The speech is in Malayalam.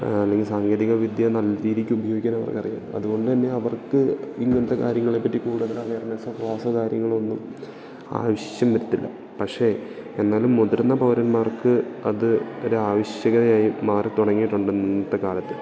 അല്ലെങ്കിൽ സാങ്കേതിക വിദ്യ നല്ല രീതിക്ക് ഉപയോഗിക്കാൻ അവർക്ക് അറിയാം അതുകൊണ്ട് തന്നെ അവർക്ക് ഇങ്ങനത്തെ കാര്യങ്ങളെ പറ്റി കൂടുതലായിട്ട് അവയർനസോ ക്ലാസ്സോ കാര്യങ്ങൾ ഒന്നും ആവശ്യം വരത്തില്ല പക്ഷേ എന്നാലും മുതിർന്ന പൗരന്മാർക്ക് അത് ഒരു ആവശ്യകരമായി മാറി തുടങ്ങിയിട്ടുണ്ട് ഇന്നത്തെ കാലത്ത്